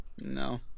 No